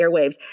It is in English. airwaves